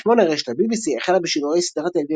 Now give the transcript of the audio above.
בשנת 2008 רשת ה-BBC החלה בשידורי סדרת טלוויזיה,